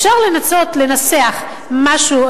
אפשר לנסות לנסח משהו,